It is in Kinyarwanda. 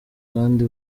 kandi